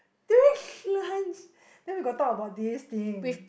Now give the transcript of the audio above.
during lunch then we got talk about this thing